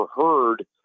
heard